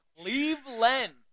Cleveland